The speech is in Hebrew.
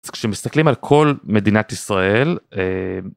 כשמסתכלים על כל מדינת ישראל.